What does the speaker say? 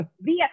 via